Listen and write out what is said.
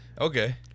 Okay